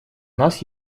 нас